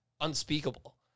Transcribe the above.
unspeakable